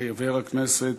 חבר הכנסת